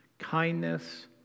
kindness